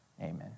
Amen